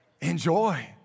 enjoy